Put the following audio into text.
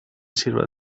sirva